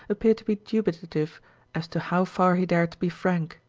appeared to be dubitative as to how far he dared to be frank.